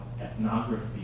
ethnography